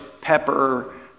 pepper